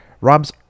Rob's